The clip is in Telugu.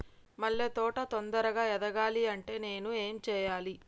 మల్లె తోట తొందరగా ఎదగాలి అంటే నేను ఏం చేయాలి?